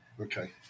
Okay